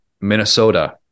Minnesota